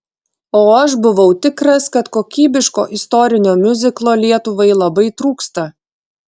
o aš buvau tikras kad kokybiško istorinio miuziklo lietuvai labai trūksta